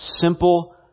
simple